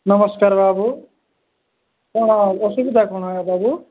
ନମସ୍କାର ବାବୁ କ'ଣ ଅସୁବିଧା କ'ଣ ହେ ବାବୁ